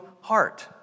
heart